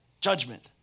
judgment